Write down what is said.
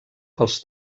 pels